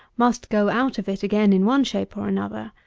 must go out of it again in one shape or another.